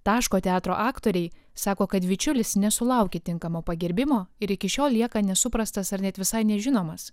taško teatro aktoriai sako kad bičiulis nesulaukė tinkamo pagerbimo ir iki šiol lieka nesuprastas ar net visai nežinomas